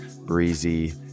Breezy